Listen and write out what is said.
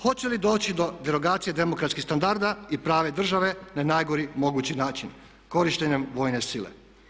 Hoće li doći do derogacije demokratskih standarda i prave države na najgori mogući način korištenjem vojne sile?